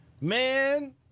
man